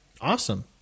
Awesome